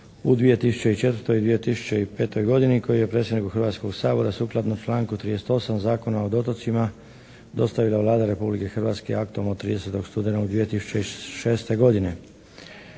u 2004. i 2005. godini koji je predsjedniku Hrvatskoga sabora sukladno članku 38. Zakona o otocima dostavila Vlada Republike Hrvatske aktom od 30. studenoga 2006. godine.